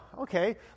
okay